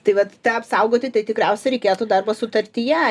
tai vat tą apsaugoti tai tikriausia reikėtų darbo sutartyje